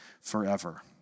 forever